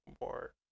more